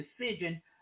decision